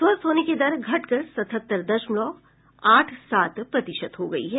स्वस्थ होने की दर घटकर सतहत्तर दशमलव आठ सात प्रतिशत हो गयी है